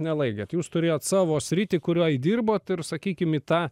nelaikėt jūs turėjot savo sritį kurioj dirbot ir sakykim į tą